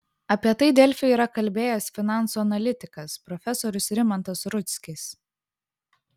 apie tai delfi yra kalbėjęs finansų analitikas profesorius rimantas rudzkis